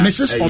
Mrs